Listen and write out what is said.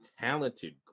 talented